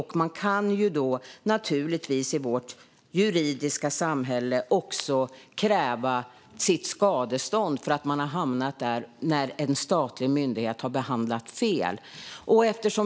I vårt juridiska samhälle kan man kräva skadestånd om man har hamnat i trångmål på grund av att en statlig myndighet har behandlat fel.